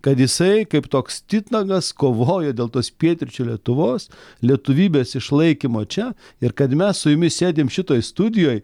kad jisai kaip toks titnagas kovojo dėl tos pietryčių lietuvos lietuvybės išlaikymo čia ir kad mes su jumis sėdime šitoj studijoj